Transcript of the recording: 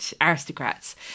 aristocrats